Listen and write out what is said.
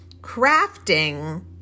crafting